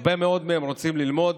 הרבה מאוד מהם רוצים ללמוד.